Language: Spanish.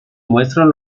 muestran